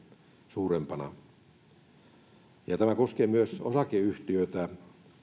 suurempana tämä koskee myös osakeyhtiöitä